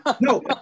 No